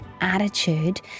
attitude